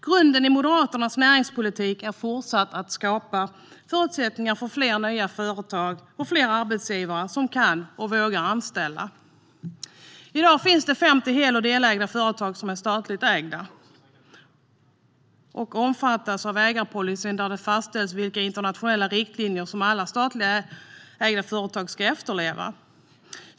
Grunden i Moderaternas näringspolitik är fortsatt att skapa förutsättningar för fler nya företag och fler arbetsgivare som kan och vågar anställa. I dag finns det 50 hel och delägda företag som är statligt ägda och omfattas av ägarpolicyn i vilken det fastställs vilka internationella riktlinjer som alla statligt ägda företag ska efterleva.